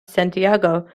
santiago